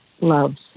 loves